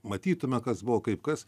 matytume kas buvo kaip kas